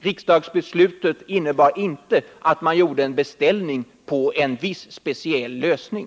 Riksdagsbeslutet innebar inte att man gjorde en beställning på en viss speciell lösning.